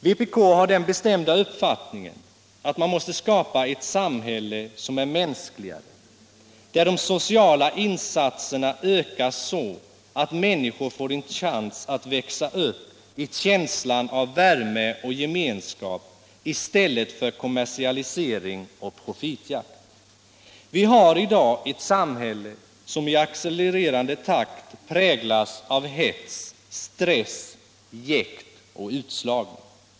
Vpk har den bestämda uppfattningen att man måste skapa ett samhälle som är mänskligare, där de sociala insatserna ökas, så att människor får en chans att växa upp i känslan av värme och gemenskap i stället för kommersialisering och profitjakt. Vi har i dag ett samhälle som i accelererande takt präglas av hets, stress, jäkt och utslagning.